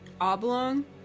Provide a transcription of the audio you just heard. oblong